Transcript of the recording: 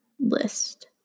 list